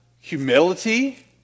humility